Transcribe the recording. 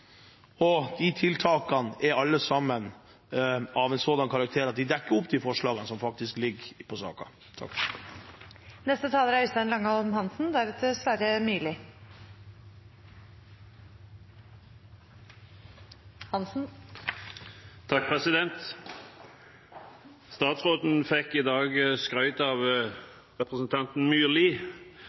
få de tiltakene man har satt i verk, til å virke, og de tiltakene er alle sammen av en sådan karakter at de dekker opp de forslagene som ligger i saken. Statsråden fikk i dag skryt av representanten Myrli,